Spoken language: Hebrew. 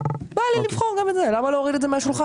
בא לי לבחור גם את זה; למה להוריד את זה מהשולחן?